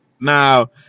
Now